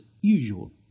usual